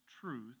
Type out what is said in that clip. truth